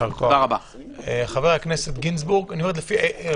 חבר הכנסת הורוביץ.